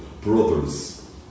Brothers